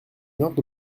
ordre